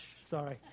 sorry